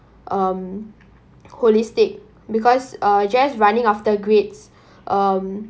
um holistic because uh just running after grades um